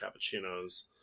cappuccinos